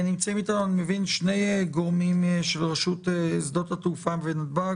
נמצאים איתנו שני גורמים של רשות שדות התעופה ונתב"ג.